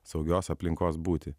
saugios aplinkos būti